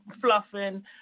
fluffing